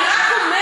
אני רק אומרת,